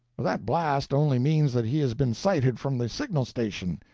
that blast only means that he has been sighted from the signal station.